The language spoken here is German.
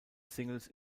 singles